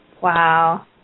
Wow